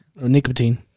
Nicotine